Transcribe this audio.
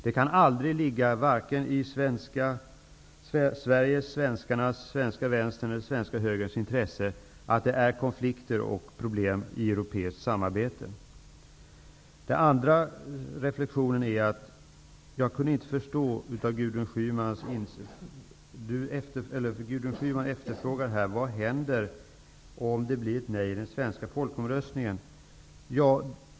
Det kan aldrig ligga i vare sig svenska vänsterns eller svenska högerns intresse att det är konflikter och problem i europeiskt samarbete. Den andra reflexionen handlar om att Gudrun Schyman efterfrågar vad som händer om det blir ett nej i den svenska folkomröstningen.